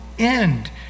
end